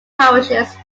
parishes